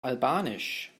albanisch